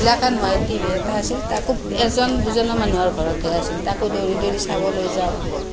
black and white TV এটা আছিল তাকো এজন দুজনৰ মানুহৰ ঘৰতহে আছিল তাকো দৌৰি দৌৰি চাবলৈ যাওঁ